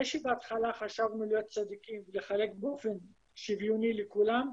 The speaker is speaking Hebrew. זה שבהתחלה חשבנו להיות צדיקים ולחלק באופן שוויוני לכולם,